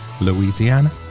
louisiana